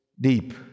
deep